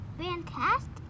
fantastic